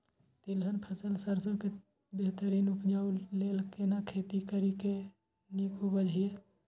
तिलहन फसल सरसों के बेहतरीन उपजाऊ लेल केना खेती करी जे नीक उपज हिय?